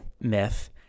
myth